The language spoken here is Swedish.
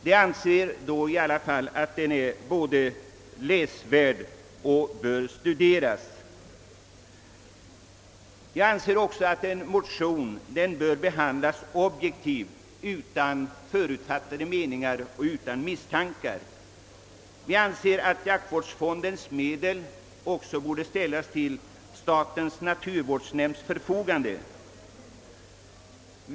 De anser där i alla fall att den är värd att både läsa och studera. Jag anser också att en motion bör behandlas objektivt utan förutfattade meningar och utan misstankar. Vi anser att jaktvårdsfondens medel också borde ställas till statens naturvårdsnämnds förfogande.